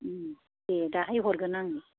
दे दाहाय हरगोन आङो